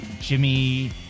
Jimmy